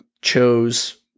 chose